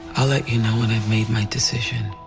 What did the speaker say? i'll let you know when i've made my decision